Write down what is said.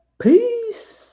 Peace